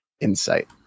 insight